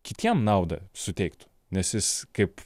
kitiem naudą suteiktų nes jis kaip